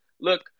Look